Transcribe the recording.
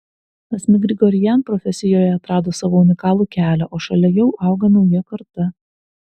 asmik grigorian profesijoje atrado savo unikalų kelią o šalia jau auga nauja karta